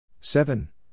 Seven